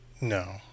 No